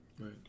Right